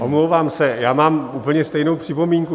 Omlouvám se, mám úplně stejnou připomínku.